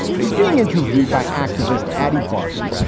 he was being interviewed by activist adi barkan,